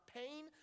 pain